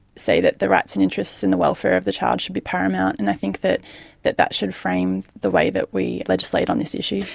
say that the rights and interests and the welfare of the child should be paramount, and i think that that that should frame the way that we legislate on this issue.